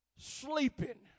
sleeping